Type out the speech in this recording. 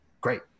great